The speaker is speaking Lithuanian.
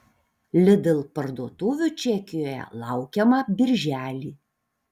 lidl parduotuvių čekijoje laukiama birželį